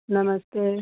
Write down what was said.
नमस्ते